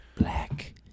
Black